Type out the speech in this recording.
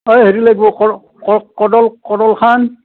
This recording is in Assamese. এ হেৰি লাগিব কোদলখন